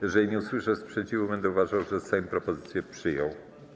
Jeżeli nie usłyszę sprzeciwu, będę uważał, że Sejm propozycje przyjął.